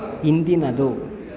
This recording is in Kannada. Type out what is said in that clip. ಹಿಂದಿನದು